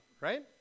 right